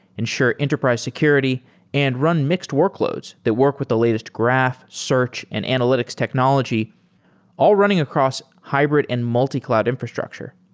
ensure enterprise security and run mixed workloads that work with the latest graph, search and analytics analytics technology all running across hybrid and multi-cloud infrastructure.